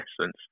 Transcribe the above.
essence